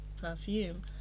perfume